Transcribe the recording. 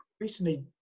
recently